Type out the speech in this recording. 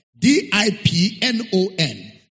D-I-P-N-O-N